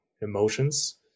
emotions